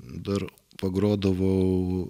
dar pagrodavau